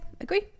agree